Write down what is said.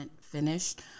finished